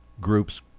groups